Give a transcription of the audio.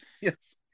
Yes